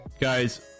guys